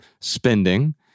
spending